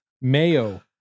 Mayo